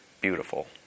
beautiful